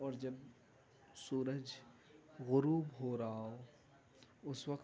اور جب سورج غروب ہو رہا ہو اُس وقت